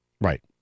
right